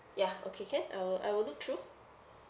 ya okay can I will I will look through